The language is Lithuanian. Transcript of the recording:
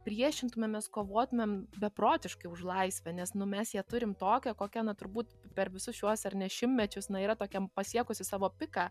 priešintumėmės kovotumėm beprotiškai už laisvę nes nu mes ją turim tokią kokia na turbūt per visus šiuos ar ne šimtmečius na yra tokiam pasiekusi savo piką